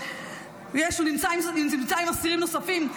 שהוא נמצא עם אסירים נוספים.